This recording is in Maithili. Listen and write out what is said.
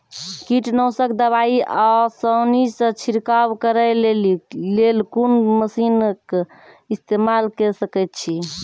कीटनासक दवाई आसानीसॅ छिड़काव करै लेली लेल कून मसीनऽक इस्तेमाल के सकै छी?